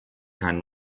kein